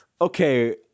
Okay